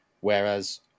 Whereas